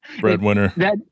breadwinner